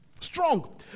Strong